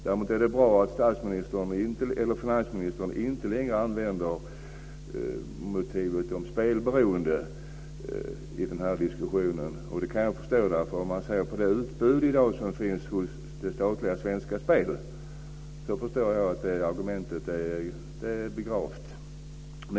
Däremot är det bra att finansministern i den här diskussionen inte längre använder spelberoende som motiv. Mot bakgrund av det utbud som det statliga Svenska Spel i dag har kan jag förstå att det argumentet är begravt.